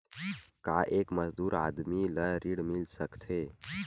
का एक मजदूर आदमी ल ऋण मिल सकथे?